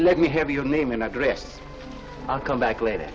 let me have your name and address i'll come back later